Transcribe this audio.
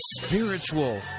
spiritual